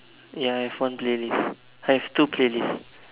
ya I have one playlist I have two playlists